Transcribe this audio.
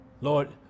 Lord